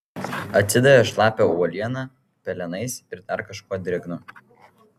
atsidavė šlapia uoliena pelenais ir dar kažkuo drėgnu